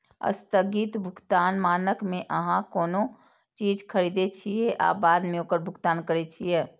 स्थगित भुगतान मानक मे अहां कोनो चीज खरीदै छियै आ बाद मे ओकर भुगतान करै छियै